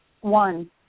One